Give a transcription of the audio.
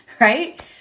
right